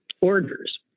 orders